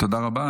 תודה רבה.